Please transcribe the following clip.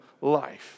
life